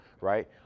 right